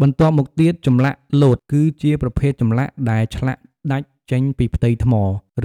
បន្ទាប់់មកទៀត ចម្លាក់លោត គឺជាប្រភេទចម្លាក់ដែល ឆ្លាក់ដាច់ចេញពីផ្ទៃថ្ម